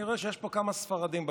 אני רואה שיש פה כמה ספרדים בקהל,